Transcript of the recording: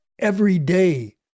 everyday